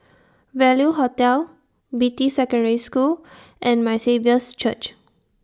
Value Hotel Beatty Secondary School and My Saviour's Church